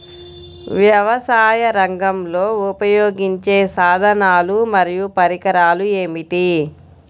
వ్యవసాయరంగంలో ఉపయోగించే సాధనాలు మరియు పరికరాలు ఏమిటీ?